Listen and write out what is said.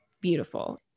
beautiful